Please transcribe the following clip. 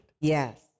Yes